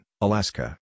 Alaska